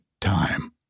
time